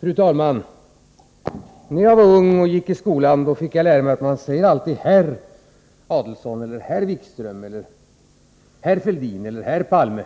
Fru talman! När jag var ung och gick i skolan fick jag lära mig att man alltid skulle säga herr Adelsohn, herr Wikström, herr Fälldin eller herr Palme.